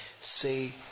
Say